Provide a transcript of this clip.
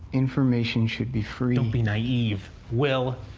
information should be free. don't be naive, will.